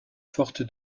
forte